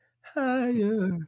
Higher